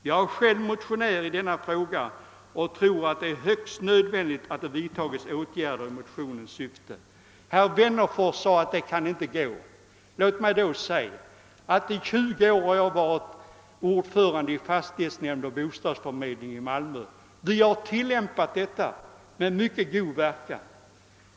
Jag är själv medmotionär i denna fråga och tror att det är i högsta grad nödvändigt att det vidtas åtgärder i motionens syfte. Herr Wennerfors sade att detta inte är möjligt. Låt mig då säga att jag i tjugo år varit ordförande i fastighetsnämnden och bostadsförmedlingen i Malmö. Vi har där tillämpat ett sådant system med mycket gott resultat.